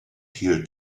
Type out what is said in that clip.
here